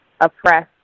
oppressed